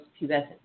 pubescent